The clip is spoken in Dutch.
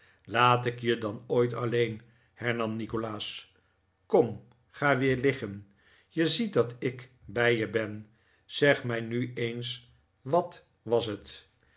laat ik je dan ooit alleen hernam nikolaas kom ga weer liggen je ziet dat ik bij je ben zeg mij nu eens wat was net